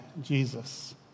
Jesus